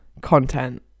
content